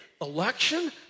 election